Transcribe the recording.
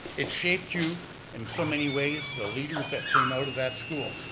it shaped you in so many ways. the leaders that came out of that school.